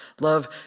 Love